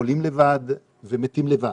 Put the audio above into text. חולים לבד ומתים לבד.